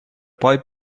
boy